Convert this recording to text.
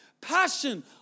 passion